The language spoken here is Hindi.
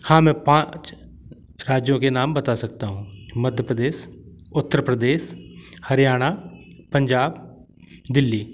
हाँ मैं पाँच राज्यों के नाम बता सकता हूँ मध्य प्रदेश उत्तर प्रदेश हरियाणा पंजाब दिल्ली